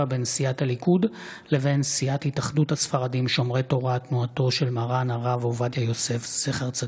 בין סיעת הליכוד לבין סיעת נעם בראשות אבי מעוז,